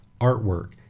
artwork